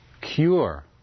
cure